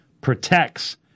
protects